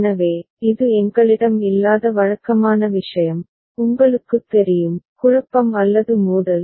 எனவே இது எங்களிடம் இல்லாத வழக்கமான விஷயம் உங்களுக்குத் தெரியும் குழப்பம் அல்லது மோதல்